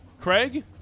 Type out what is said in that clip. Craig